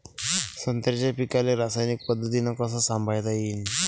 संत्र्याच्या पीकाले रासायनिक पद्धतीनं कस संभाळता येईन?